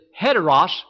heteros